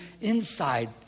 inside